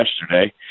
yesterday